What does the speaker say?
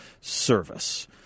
service